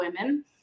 women